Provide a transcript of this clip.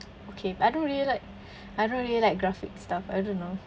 okay I don't really like I don't really like graphic stuff I don't know